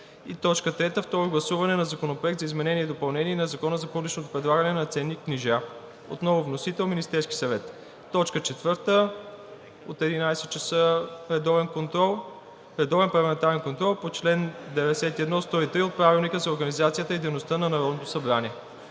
съвет. 3. Второ гласуване на Законопроекта за изменение и допълнение на Закона за публичното предлагане на ценни книжа. Вносител – Министерският съвет. 4. От 11,00 ч. редовен Парламентарен контрол по чл. 91 – 103 от Правилника за организацията и дейността на Народното събрание.“